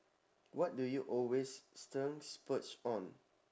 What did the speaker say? what do you always stern splurge on